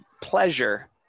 pleasure